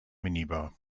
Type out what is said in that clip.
minibar